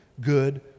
good